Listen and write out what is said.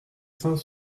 cinq